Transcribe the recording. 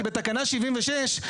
כי בתקנה 76,